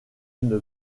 une